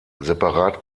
separat